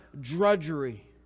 drudgery